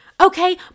Okay